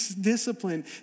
discipline